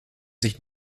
sich